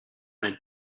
want